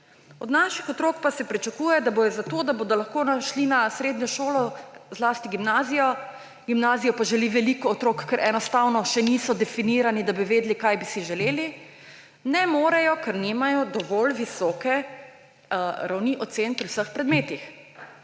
Od naših otrok pa se pričakuje, da bodo, zato da bodo lahko šli na srednjo šolo, zlasti gimnazijo – v gimnazijo pa želi veliko otrok, ker enostavno še niso definirani, da bi vedeli, kaj bi si želeli – ne morejo, ker nimajo dovolj visoke ravni ocen pri vseh predmetih.